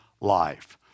life